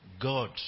God